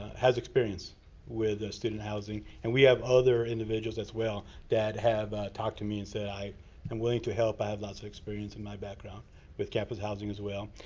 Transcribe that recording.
has experience with student housing. and we have other individuals, as well, that have talked to me and said, i am willing to help. i have lots of experience in my background with campus campus housing, as well.